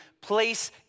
place